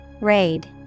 Raid